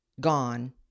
gone